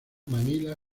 manila